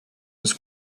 was